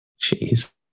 Jeez